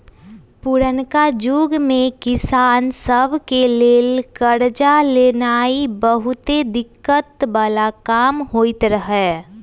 पुरनका जुग में किसान सभ के लेल करजा लेनाइ बहुते दिक्कत् बला काम होइत रहै